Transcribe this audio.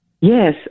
Yes